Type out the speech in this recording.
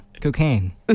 cocaine